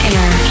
Air